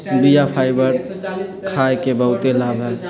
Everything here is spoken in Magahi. बीया फाइबर खाय के बहुते लाभ हइ